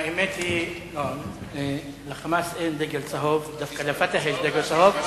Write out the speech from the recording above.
האמת היא של"חמאס" אין דגל צהוב, דווקא ל"פתח" יש